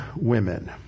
women